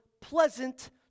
pleasant